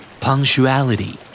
Punctuality